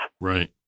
Right